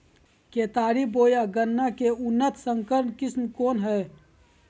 केतारी बोया गन्ना के उन्नत संकर किस्म कौन है?